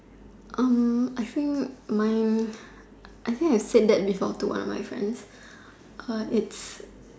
Erm I think mine I think I said that before to one of my friends or it's